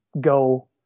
go